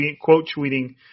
quote-tweeting